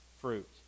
fruit